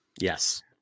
yes